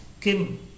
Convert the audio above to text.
Kim